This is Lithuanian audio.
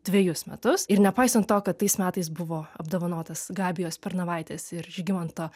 dvejus metus ir nepaisant to kad tais metais buvo apdovanotas gabijos pernavaitės ir žygimanto